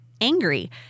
angry